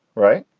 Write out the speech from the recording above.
right?